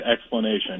explanation